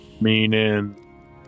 Meaning